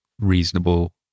reasonable